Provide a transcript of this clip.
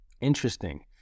interesting